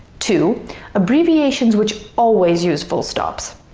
two abbreviations which always use full stops,